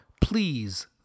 please